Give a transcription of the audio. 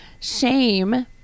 shame